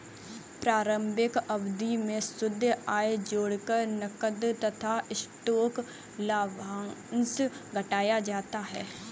प्रारंभिक अवधि में शुद्ध आय जोड़कर नकद तथा स्टॉक लाभांश घटाया जाता है